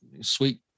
sweet